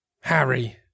Harry